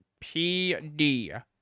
PD